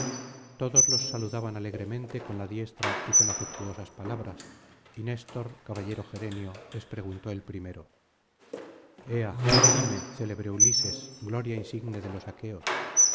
todos los saludaban alegremente con la diestra y con afectuosas palabras y néstor caballero gerenio les preguntó el primero ea dime célebre ulises gloria insigne de los aqueos